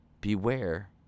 Beware